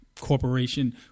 corporation